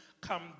come